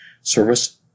Service